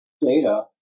data